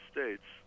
States